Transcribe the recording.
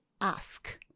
ask